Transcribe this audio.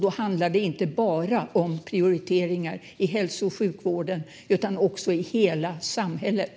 Då handlar det inte bara om prioriteringar i hälso och sjukvården utan också i hela samhället.